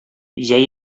җәй